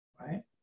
right